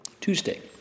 Tuesday